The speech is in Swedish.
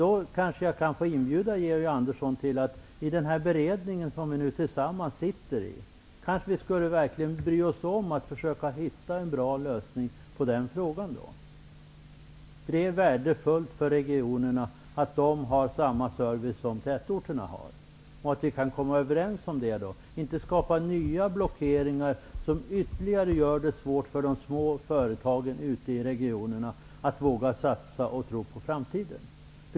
Jag kanske i den beredning som vi båda sitter i kan få inbjuda Georg Andersson till en diskussion om att vi verkligen skall bry oss om att försöka hitta en bra lösning. Det är värdefullt att regionerna har samma service som tätorterna och att vi kan komma överens om det. Vi skall inte skapa nya blockeringar, som ytterligare försvårar för företagen ute i regionerna att våga satsa och tro på framtiden.